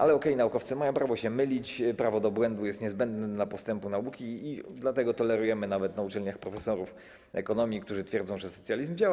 Ale okej, naukowcy mają prawo się mylić, prawo do błędu jest niezbędne dla postępu nauki, i dlatego tolerujemy nawet na uczelniach profesorów ekonomii, którzy twierdzą, że socjalizm działa.